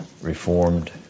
Reformed